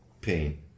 pain